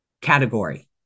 category